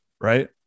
Right